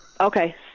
Okay